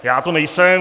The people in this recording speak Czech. Já to nejsem.